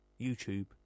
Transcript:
YouTube